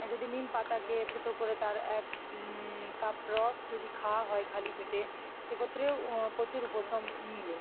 যদি নিম পাতাকে থেঁতো করে তার এক কাপ রস যদি খাওয়া হয় খালি পেটে সেক্ষেত্রেও প্রচুর উপশম মিলে